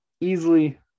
easily